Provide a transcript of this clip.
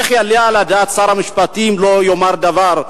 איך יעלה על הדעת ששר המשפטים לא יאמר דבר?